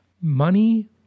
Money